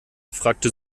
fragte